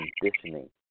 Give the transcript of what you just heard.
conditioning